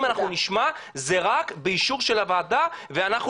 אם אנחנו נשמע זה רק באישור של הוועדה ואנחנו